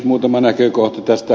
muutama näkökohta tästä